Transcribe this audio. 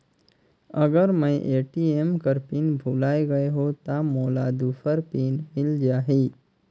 अगर मैं ए.टी.एम कर पिन भुलाये गये हो ता मोला दूसर पिन मिल जाही?